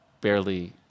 barely